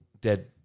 dead